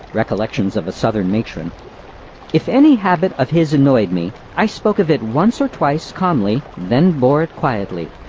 recollections of a southern matron if any habit of his annoyed me, i spoke of it once or twice, calmly, then bore it quietly.